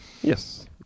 Yes